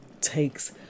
takes